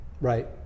right